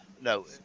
No